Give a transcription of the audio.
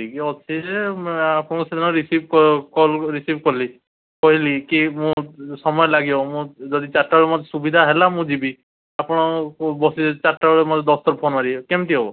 ଠିକ୍ ଅଛି ଯେ ଆପଣଙ୍କ ସେଦିନ ରିସିଭ୍ କଲ୍ ରିସିଭ୍ କଲି କହିଲି କି ମୁଁ ସମୟ ଲାଗିବ ମୁଁ ଯଦି ଚାରିଟା ବେଳେ ସୁବିଧା ହେଲା ମୁଁ ଯିବି ଆପଣ ବସିଲେ ଚାରିଟା ବେଳେ ମୋତେ ଦଶ ଥର ଫୋନ ମାରିବେ କେମିତି ହବ